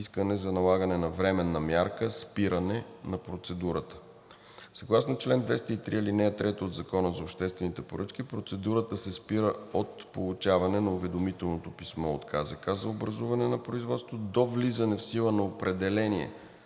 искане за налагане на временна мярка „Спиране на процедурата“. Съгласно чл. 203, ал. 3 от Закона за обществените поръчки процедурата се спира от получаване на уведомителното писмо от КЗК за образуване на производство до влизане в сила на определение